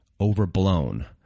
overblown